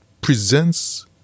presents